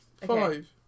Five